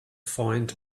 find